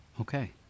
Okay